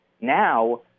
Now